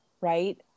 right